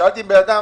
שאלתי אם אדם